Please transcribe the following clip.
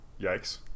Yikes